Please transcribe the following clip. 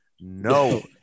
No